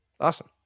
Awesome